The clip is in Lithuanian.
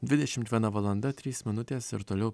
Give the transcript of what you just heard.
dvidešimt viena valanda trys minutės ir toliau